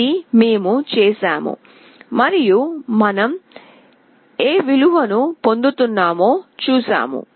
ఇది మేము చేసాము మరియు మనం ఏ విలువను పొందుతున్నామో చూశాము